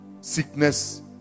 sickness